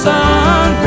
Sun